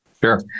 Sure